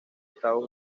estados